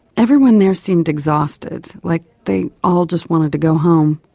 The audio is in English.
everyone there seemed exhausted, like they all just wanted to go home.